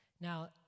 Now